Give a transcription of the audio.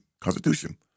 Constitution